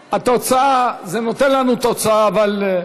התוצאה, זה נותן לנו תוצאה, אבל,